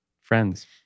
friends